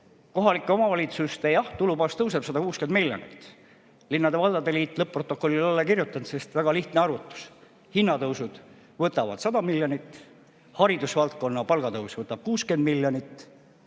Kohalike omavalitsuste tulubaas tõuseb küll 160 miljonit, aga linnade ja valdade liit lõpp-protokollile alla ei kirjutanud, sest väga lihtne arvutus: hinnatõusud võtavad 100 miljonit, haridusvaldkonna palgatõus võtab 60 miljonit